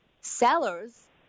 sellers